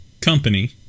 company